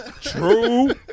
True